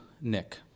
Nick